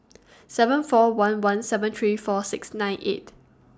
seven four one one seven three four six nine eight